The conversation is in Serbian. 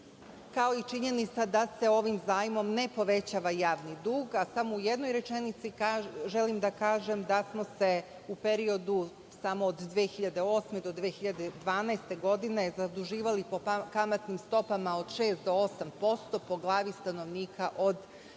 Kao i činjenica da se ovim zajmom ne povećava javni dug, a samo u jednoj rečenici želim da kažem da smo se u periodu samo od 2008. do 2012. godine zaduživali po kamatnim stopama od 6-8% po glavi stanovnika od